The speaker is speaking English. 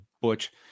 Butch